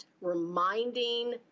reminding